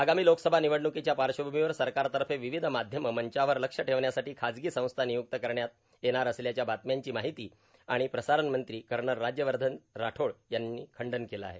आगामी लोकसभा निवडणुकांच्या पार्श्वभूमीवर सरकारतर्फे विविध माध्यमं मंचांवर लक्ष ठेवण्यासाठी खाजगी संस्था नियूक्त करण्यात येणार असल्याच्या बातम्यांचं माहिती आणि प्रसारण मंत्री कर्नल राज्यवर्धन राठोड यांनी खंडन केलं आहे